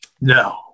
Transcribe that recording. No